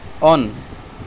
on